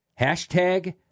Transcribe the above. hashtag